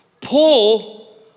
Paul